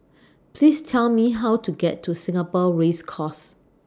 Please Tell Me How to get to Singapore Race Course